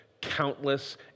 countless